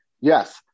Yes